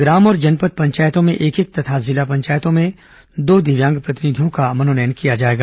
ग्राम और जनपद पंचायतों में एक एक तथा जिला पंचायतों में दो दिव्यांग प्रतिनिधियों का मनोनयन किया जाएगा